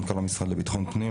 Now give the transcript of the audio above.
מנכ"ל המשרד לביטחון הפנים.